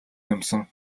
юмсан